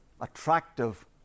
attractive